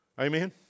Amen